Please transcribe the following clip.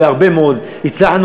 והרבה מאוד הצלחנו,